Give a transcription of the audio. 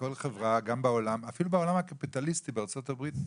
אפילו בעולם הקפיטליסטי כמו ארצות הברית,